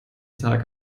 tag